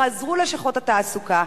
חזרו ללשכות התעסוקה.